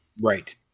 Right